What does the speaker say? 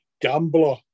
Gambler